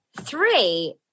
three